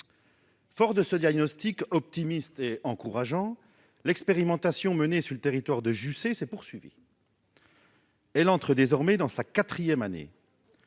Forte de ce diagnostic optimiste et encourageant, l'expérimentation menée sur le territoire de Jussey s'est poursuivie et entre désormais dans sa quatrième année.